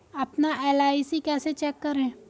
अपना एल.आई.सी कैसे चेक करें?